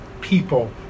people